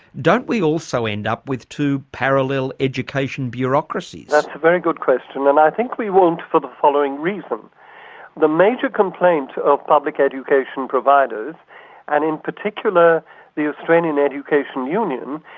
don't we also end up with two parallel education bureaucracies? that's a very good question, and i think we won't for the following reason the major complaint of public education providers and in particular the australian education union,